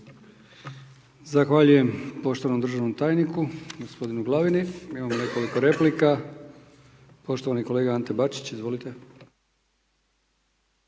Zahvaljujem poštivanom državnom tajniku, gospodinu Glavini, mi imamo nekoliko replika, poštovani kolega Ante Bačić, izvolite.